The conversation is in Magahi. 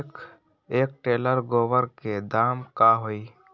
एक टेलर गोबर के दाम का होई?